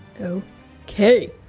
Okay